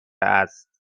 است